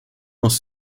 aus